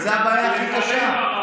וזו הבעיה הכי קשה.